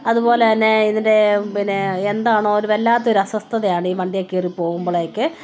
അതുപോലെ തന്നെ ഇതിൻ്റെ പിന്നെ എന്താണോ ഒരു വല്ലാത്ത ഒരു അസ്വസ്ഥതയാണ് ഈ വണ്ടിയിൽ കയറി പോകുമ്പോഴേക്ക്